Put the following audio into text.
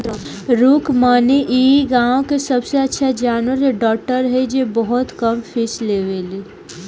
रुक्मिणी इ गाँव के सबसे अच्छा जानवर के डॉक्टर हई जे बहुत कम फीस लेवेली